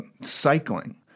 cycling